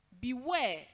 beware